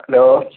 hello